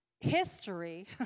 history